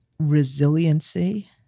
resiliency